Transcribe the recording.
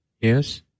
Yes